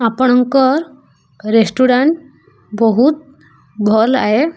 ଆପଣଙ୍କର ରେଷ୍ଟୁରାଣ୍ଟ ବହୁତ ଭଲ୍ ଆଏ